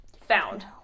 found